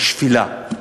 השפלה.